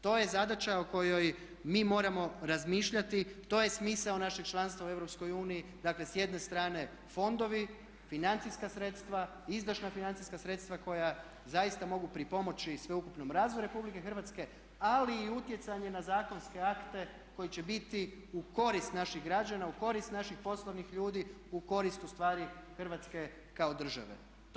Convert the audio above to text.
To je zadaća o kojoj mi moramo razmišljati, to je smisao našeg članstva u Europskoj uniji, dakle s jedne strane fondovi, financijska sredstva, izdašna financijska sredstva koja zaista mogu pripomoći sveukupnom razvoju Republike Hrvatske ali i utjecanje na zakonske akte koji će biti u korist naših građana, u korist naših poslovnih ljudi, u korist ustvari Hrvatske kao države.